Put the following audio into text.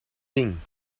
ding